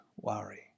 worry